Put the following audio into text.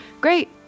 Great